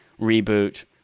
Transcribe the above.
reboot